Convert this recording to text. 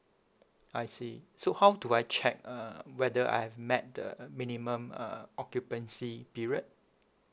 I see so how do I check uh whether I've met the minimum uh occupancy period